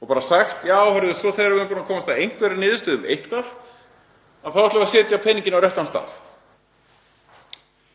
og bara sagt: Já, og svo þegar við erum búin að komast að einhverri niðurstöðu um eitthvað þá ætlum við að setja peninginn á réttan stað.